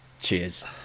Cheers